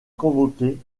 convoqué